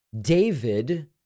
David